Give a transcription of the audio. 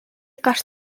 гарт